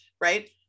right